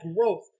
growth